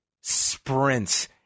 sprints